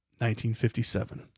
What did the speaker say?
1957